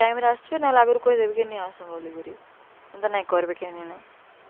ଟାଇମରେ ଆସିବେ ନାଏଲେ ଆଗରୁ କହିଦେବେ ନିଁ ଆସ୍ବେ ବୋଲିକିରି ଏନ୍ତା ନାଇଁ କରବେ କେହି ନାଇ